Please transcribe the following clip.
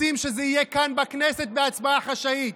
רוצים שזה יהיה כאן בכנסת בהצבעה חשאית.